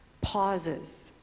pauses